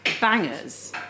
bangers